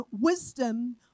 wisdom